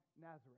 Nazareth